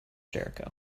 jericho